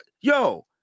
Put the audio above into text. yo